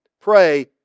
pray